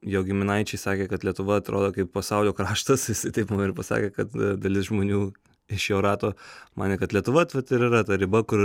jo giminaičiai sakė kad lietuva atrodo kaip pasaulio kraštas jisai taip man ir pasakė kad dalis žmonių iš jo rato manė kad lietuva vat vat ir yra ta riba kur